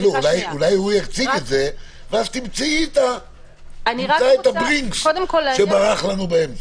אולי הוא יציג את זה ואז נמצא את הברינקס שברח לנו באמצע.